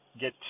get